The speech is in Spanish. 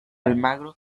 almagro